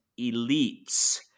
Elites